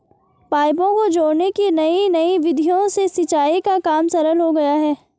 पाइपों को जोड़ने की नयी नयी विधियों से सिंचाई का काम सरल हो गया है